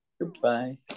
Goodbye